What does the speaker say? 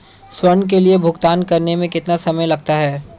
स्वयं के लिए भुगतान करने में कितना समय लगता है?